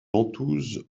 ventouses